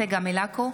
צגה מלקו,